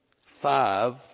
five